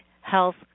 health